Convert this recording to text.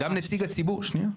שנייה.